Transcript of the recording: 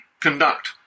conduct